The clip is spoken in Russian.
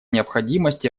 необходимость